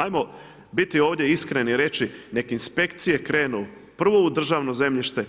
Ajmo biti ovdje iskreni i reći nek inspekcije krenu prvo u državno zemljište